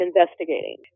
investigating